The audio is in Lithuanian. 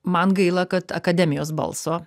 man gaila kad akademijos balso